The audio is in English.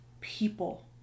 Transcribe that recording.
people